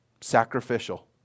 Sacrificial